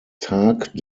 tag